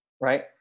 Right